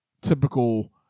typical